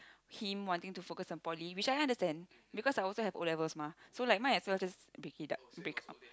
him wanting to focus on poly which I understand because I also had O-levels mah so might as well just break it up break up